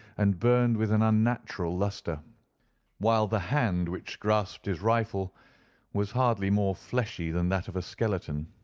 and burned with an unnatural lustre while the hand which grasped his rifle was hardly more fleshy than that of a skeleton.